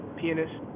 pianist